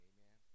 Amen